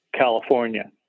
California